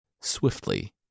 Swiftly